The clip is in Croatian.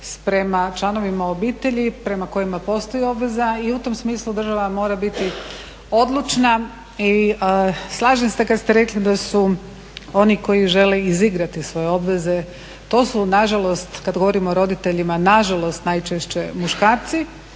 prema članovima obitelji prema kojima postoji obveza. I u tom smislu država mora biti odlučna. I slažem se kad ste rekli da su oni koji žele izigrati svoje obveze. To su na žalost kad govorimo o roditeljima na žalost najčešće muškarci,